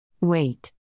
Wait